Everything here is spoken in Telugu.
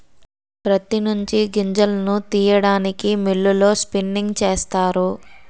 ప్రత్తి నుంచి గింజలను తీయడానికి మిల్లులలో స్పిన్నింగ్ చేస్తారు